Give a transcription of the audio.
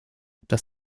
das